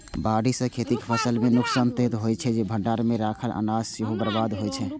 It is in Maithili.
बाढ़ि सं खेतक फसल के नुकसान तं होइते छै, भंडार मे राखल अनाज सेहो बर्बाद होइ छै